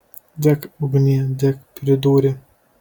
dek ugnie dek pridūrė